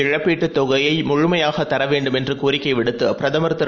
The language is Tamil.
இழப்பீட்டுதொகையைமுழுமையாகதரவேண்டும்என் றுகோரிக்கைவிடுத்து பிரதமர்திரு